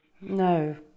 No